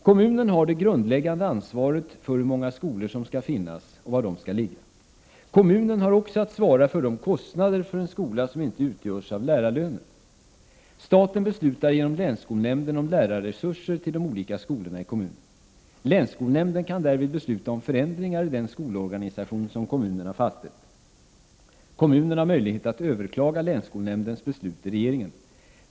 Kommunen har det grundläggande ansvaret för hur många skolor som skall finnas och var dessa skall ligga. Kommunen har också att svara för de kostnader för en skola som inte utgörs av lärarlöner. Staten beslutar genom länsskolnämnden om lärarresurser till de olika skolorna i kommunen. Länsskolnämnden kan därvid besluta om förändringar i den skolorganisation som kommunen har fastställt. Kommunen har möjlighet att överklaga länsskolnämndens beslut till regeringen.